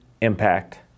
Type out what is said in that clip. impact